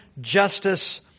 justice